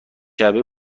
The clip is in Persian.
جعبه